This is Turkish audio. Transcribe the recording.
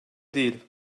değil